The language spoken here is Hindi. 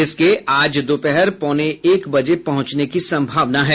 इसके आज दोपहर पौने एक बजे पहुंचने की संभावना है